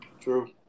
True